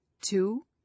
two